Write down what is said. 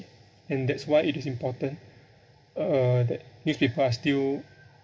and that's why it is important uh that newspaper are still